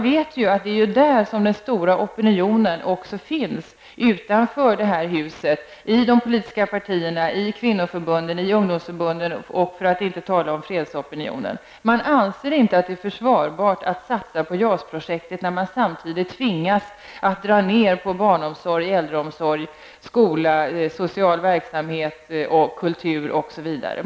Det är här den stora opinionen syns utanför detta hus, i de politiska partierna, i kvinnoförbunden och i ungdomsförbunden -- för att inte tala om fredsopinionen. Man anser att det inte är försvarbart att satsa på JAS-projektet, när man samtidigt tvingas att dra ner på barnomsorg, äldreomsorg, skolor, socialverksamhet, kultur osv.